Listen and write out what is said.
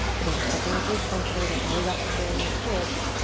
again, check in with your center. don't worry about squaring the hips,